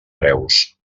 preus